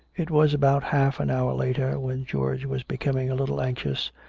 it was about half an hour later, when george was be coming a little anxious,